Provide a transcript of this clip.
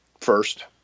first